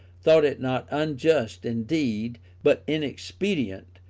thought it not unjust indeed, but inexpedient,